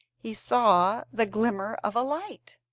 he saw the glimmer of a light.